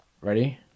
Ready